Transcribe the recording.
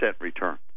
return